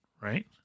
right